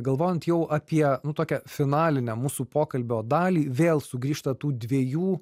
galvojant jau apie nu tuokią finalinę mūsų pokalbio dalį vėl sugrįžta tų dviejų